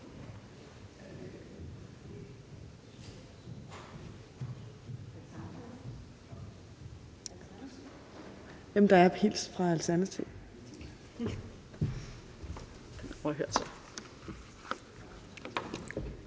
i øvrigt hilse fra Alternativet